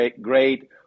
great